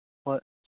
ꯍꯣꯏ